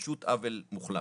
זה פשוט עוול מוחלט.